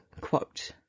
quote